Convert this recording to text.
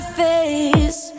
face